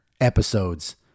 episodes